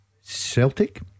Celtic